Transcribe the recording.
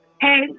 hey